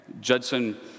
Judson